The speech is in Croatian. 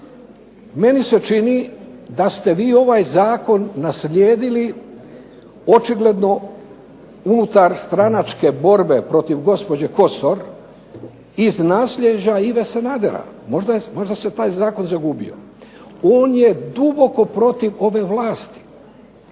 meni se čini da ste vi ovaj Zakon naslijedili očigledno unutar stranačke borbe protiv gospođe KOsor iz naslijeđa Ive Sanadera, on je duboko protiv ove vlasti.